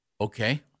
Okay